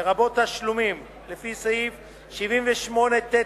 לרבות תשלומים לפי סעיף 78(ט)(1)(א)